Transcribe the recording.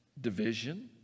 division